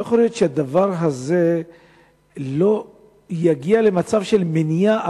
לא יכול להיות שהדבר הזה לא יגיע למצב של מניעה